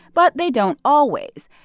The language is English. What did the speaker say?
but they don't always.